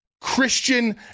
christian